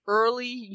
early